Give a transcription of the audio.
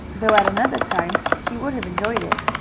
though at another time he would have enjoyed it.